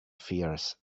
fears